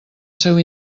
seu